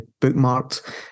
bookmarked